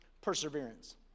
perseverance